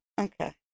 Okay